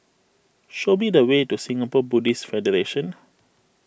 show me the way to Singapore Buddhist Federation